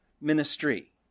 ministry